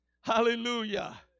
Hallelujah